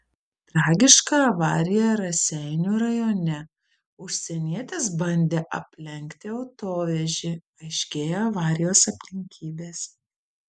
tragiška avarija raseinių rajone užsienietis bandė aplenkti autovežį aiškėja avarijos aplinkybės